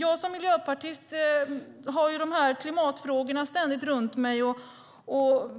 Jag som miljöpartist har klimatfrågorna ständigt runt mig.